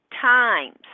times